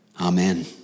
Amen